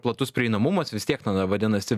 platus prieinamumas vis tiek tenai vadinasi